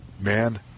man